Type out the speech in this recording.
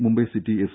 Mumbai City F